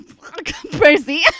Percy